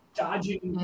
dodging